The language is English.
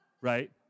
Right